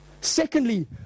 Secondly